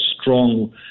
strong